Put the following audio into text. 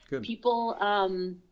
People